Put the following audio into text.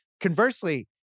Conversely